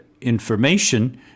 information